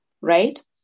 right